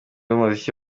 b’umuziki